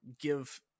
give